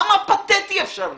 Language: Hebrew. כמה פתטי אפשר להיות?